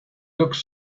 looks